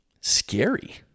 scary